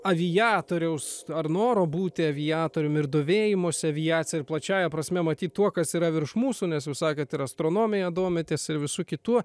aviatoriaus ar noro būti aviatoriumi ir domėjimosi aviacija ir plačiąja prasme matyt tuo kas yra virš mūsų nes jūs sakėt ir astronomija domitės ir visu kitu